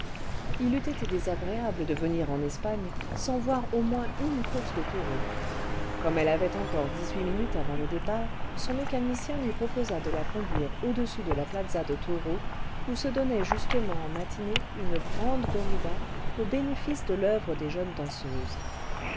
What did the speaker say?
il eût été désagréable de venir en espagne sans voir au moins une course de taureaux comme elle avait encore dix-huit minutes avant le départ son mécanicien lui proposa cle la conduire au-dessus de la plaza de taureaux où se donnait justement en matinée une grande corrida au bénéfice de l'oeuvre des jeunes danseuses